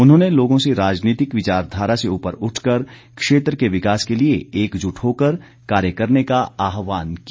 उन्होंने लोगों से राजनीतिक विचारधारा से उपर उठकर क्षेत्र के विकास के लिए एकजुट होकर कार्य करने का आहवान किया